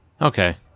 Okay